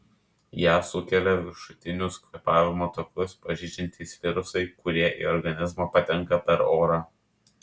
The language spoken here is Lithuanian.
ją sukelia viršutinius kvėpavimo takus pažeidžiantys virusai kurie į organizmą patenka per orą